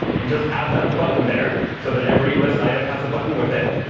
and just add that button there so that every list item has a button with it.